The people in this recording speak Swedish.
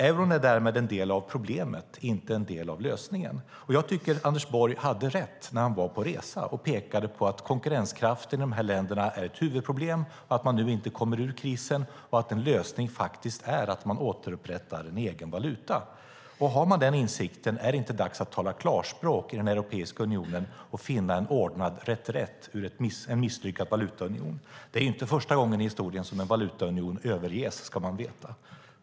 Euron är därmed en del av problemet, inte en del av lösningen. Jag tycker att Anders Borg hade rätt när han var på resa och pekade på att konkurrenskraften i de här länderna är ett huvudproblem, att de nu inte kommer ur krisen och att en lösning faktiskt är att man återupprättar egen valuta. Har man den insikten, är det då inte dags att tala klarspråk i den europeiska unionen och finna en ordnad reträtt ur en misslyckad valutaunion? Det är inte första gången i historien som en valutaunion överges, ska man veta.